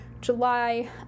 July